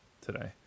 today